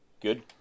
good